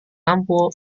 lampu